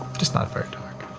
just not very dark.